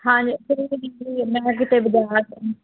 ਹਾਂਜੀ ਮੈਂ ਕਿਤੇ ਬਾਜ਼ਾਰ